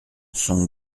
son